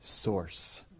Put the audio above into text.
source